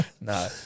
No